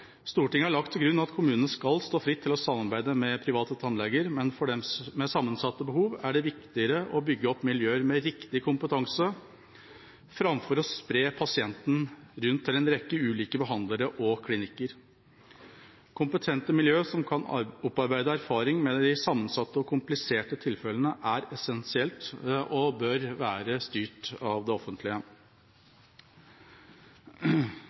Stortinget har lagt til grunn at kommunene skal stå fritt til å samarbeide med private tannleger, men for dem med sammensatte behov er det viktigere å bygge opp miljø med riktig kompetanse framfor å spre pasientene til en rekke ulike behandlere og klinikker. Kompetente miljø som kan opparbeide erfaring med de sammensatte og kompliserte tilfellene, er essensielt, og bør være styrt av det offentlige.